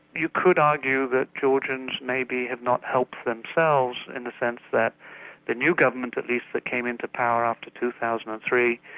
you could argue that georgians maybe have not helped themselves in the sense that the new government at least that came into power after two thousand and three,